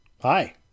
hi